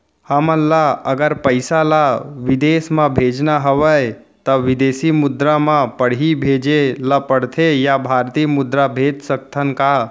हमन ला अगर पइसा ला विदेश म भेजना हवय त विदेशी मुद्रा म पड़ही भेजे ला पड़थे या भारतीय मुद्रा भेज सकथन का?